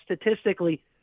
statistically